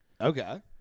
Okay